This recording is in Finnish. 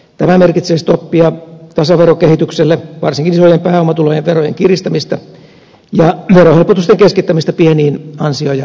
tämä merkitsee stoppia tasaverokehitykselle varsinkin isojen pääomatulojen verojen kiristämistä ja verohelpotusten keskittämistä pieniin ansio ja eläketuloihin